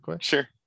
Sure